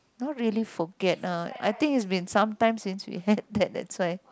not really forget lah I think it been some times since we had that that's why